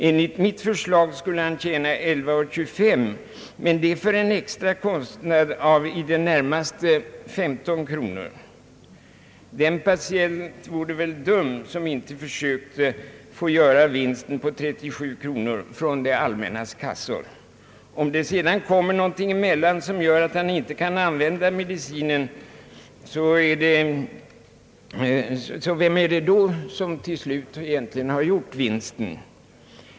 Enligt mitt förslag skulle han tjäna 11:25, men det för en extra kostnad av i det närmaste 15 kronor. Den patient vore väl dum som inte försökte göra vinsten på 37 kronor från det allmännas kassor, genom att köpa ut all den förskrivna medicinen på en gång. Om det sedan kommer någonting emellan som gör att han inte kan använda medicinen, vem har då egentligen gjort vinsten?